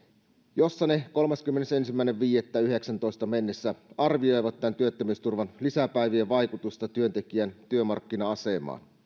jossa ne kolmaskymmenesensimmäinen viidettä yhdeksässätoista mennessä arvioivat näiden työttömyysturvan lisäpäivien vaikutusta työntekijän työmarkkina asemaan